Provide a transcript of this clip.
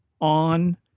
on